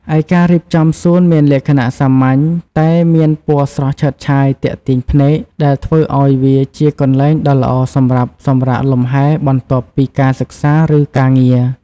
ឯការរៀបចំសួនមានលក្ខណៈសាមញ្ញ តែមានពណ៌ស្រស់ឆើតឆាយទាក់ទាញភ្នែក ដែលធ្វើឱ្យវាជាកន្លែងដ៏ល្អសម្រាប់សម្រាកលំហែបន្ទាប់ពីការសិក្សា ឬការងារ។